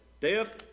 death